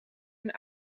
een